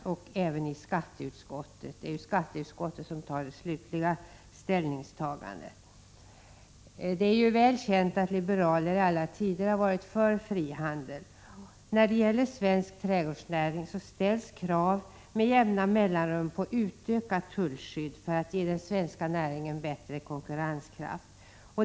Den togs då även upp av skatteutskottet, som är det utskott som gör det slutliga ställningstagandet. Det är väl känt att liberaler i alla tider varit för frihandel. När det gäller svensk trädgårdsnäring ställs krav med jämna mellanrum på utökat tullskydd för att ge den svenska näringen bättre konkurrenskraft.